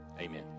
amen